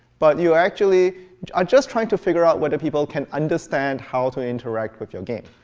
but you actually are just trying to figure out whether people can understand how to interact with your game.